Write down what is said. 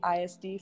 ISD